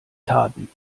taten